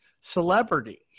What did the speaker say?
celebrity